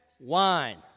Wine